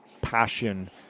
passion